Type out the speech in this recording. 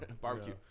Barbecue